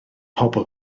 pobl